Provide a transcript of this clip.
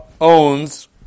owns